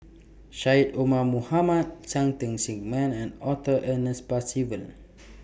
Syed Omar Mohamed Cheng Tsang Man and Arthur Ernest Percival